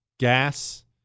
Gas